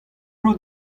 out